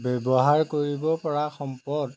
ব্য়ৱহাৰ কৰিব পৰা সম্পদ